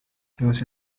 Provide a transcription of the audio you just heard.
there